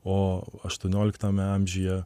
o aštuonioliktame amžiuje